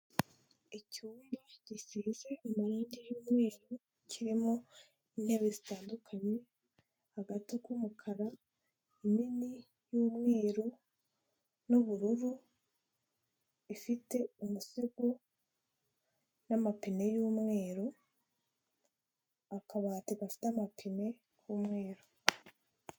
Icyumba gisize amarangi y'umweru, kirimo intebe zitandukanye, agato k'umukara, inini y'umweru n'ubururu, ifite umusego n'amapine y'umweru, akabati gafite amapine k'umweru.